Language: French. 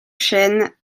chêne